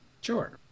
Sure